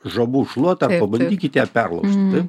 žabų šluotą ir pabandykit ją perlaužti taip